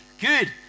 Good